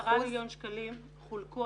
10 מיליון השקלים חולקו.